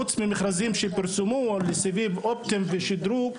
חוץ ממכרזים שפורסמו לסיבים אופטיים ושדרוג,